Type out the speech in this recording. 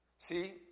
See